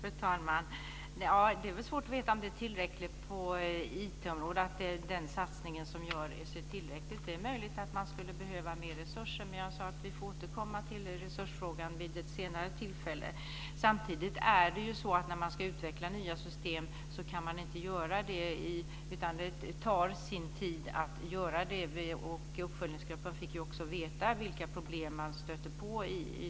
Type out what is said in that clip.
Fru talman! Det är svårt att veta om satsningen som görs på IT-området är tillräcklig. Det är möjligt att man skulle behöva mer resurser. Men som jag sade får vi återkomma till resursfrågan vid ett senare tillfälle. När man ska utveckla nya system tar det sin tid. Uppföljningsgruppen fick ju också veta vilka problem man stöter på.